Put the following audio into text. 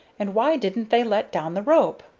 and why didn't they let down the rope?